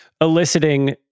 eliciting